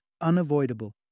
unavoidable